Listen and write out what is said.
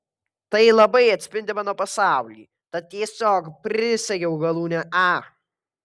tai labai atspindi mano pasaulį tad tiesiog prisegiau galūnę a